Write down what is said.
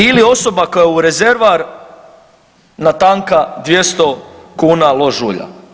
Ili osoba koja u rezervoar natanka 200 kuna lož ulja.